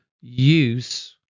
use